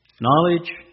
Knowledge